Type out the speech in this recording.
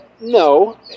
No